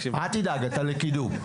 אל תדאג, אתה לקידום.